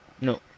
no